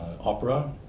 opera